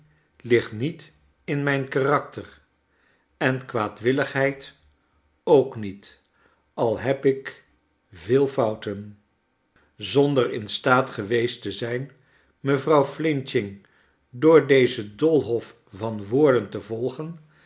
ligt niet in mijn karakter en kwaadwilligheid ook niet al heb ik veel fouten zonder in staat geweest te zijn mevrouw flinching door dezen doolhof van woorden te volgen